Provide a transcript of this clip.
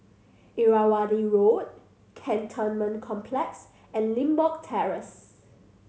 Irrawaddy Road Cantonment Complex and Limbok Terrace